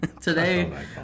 Today